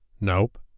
Nope